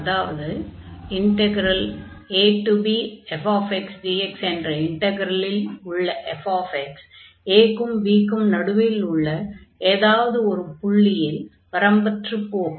அதாவது abfxdx என்ற இன்டக்ரலில் உள்ள fx a க்கும் b க்கும் நடுவில் உள்ள ஏதாவது ஒரு புள்ளியில் வரம்பற்றுப் போகும்